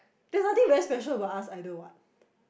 there's nothing very special about us either what